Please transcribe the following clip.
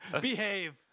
Behave